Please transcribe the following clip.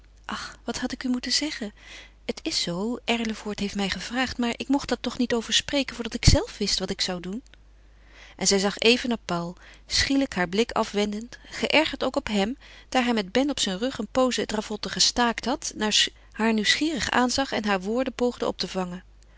ach wat had ik u moeten zeggen het is zoo erlevoort heeft mij gevraagd maar ik mocht er toch niet over spreken voordat ik zelf wist wat ik zou doen en zij zag even naar paul schielijk haar blik afwendend geërgerd ook op hem daar hij met ben op zijn rug een pooze het ravotten gestaakt had haar nieuwsgierig aanzag en haar woorden poogde op te vangen